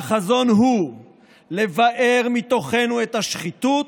והחזון הוא לבער מתוכנו את השחיתות,